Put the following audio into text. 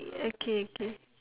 ya okay okay